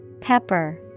Pepper